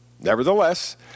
Nevertheless